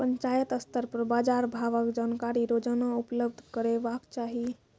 पंचायत स्तर पर बाजार भावक जानकारी रोजाना उपलब्ध करैवाक चाही?